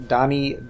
Donnie